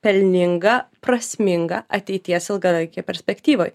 pelninga prasminga ateities ilgalaikėj perspektyvoj